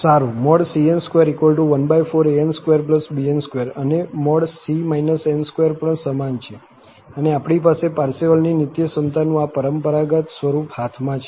સારું cn214an2bn2 અને c n2 પણ સમાન છે અને આપણી પાસે પારસેવલની નિત્યસમતાનું આ પરંપરાગત સ્વરૂપ હાથમાં છે